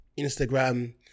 Instagram